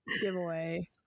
giveaway